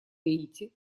гаити